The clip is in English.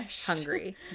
hungry